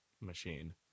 machine